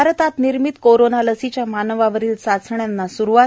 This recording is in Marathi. भारतात निर्मित कोरोना लसीच्या मानवावरील चाचण्यांना स्रुवात